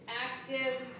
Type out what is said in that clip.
active